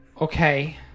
Okay